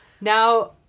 Now